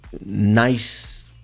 nice